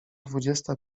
dwudziesta